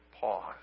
pause